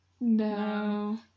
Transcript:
no